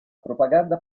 propaganda